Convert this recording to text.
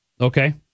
Okay